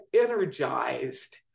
energized